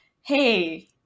hey